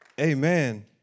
Amen